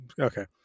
okay